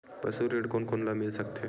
पशु ऋण कोन कोन ल मिल सकथे?